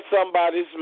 somebody's